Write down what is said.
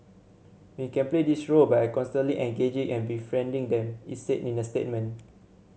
we can play this role by constantly engaging and befriending them it said in a statement